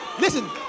Listen